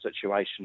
situation